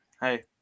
hey